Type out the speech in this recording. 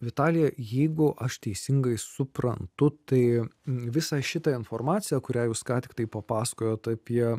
vitalija jeigu aš teisingai suprantu tai visą šitą informaciją kurią jūs ką tik tai papasakojot apie